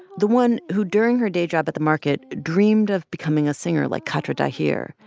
the one who, during her day job at the market, dreamed of becoming a singer like khadra daahir.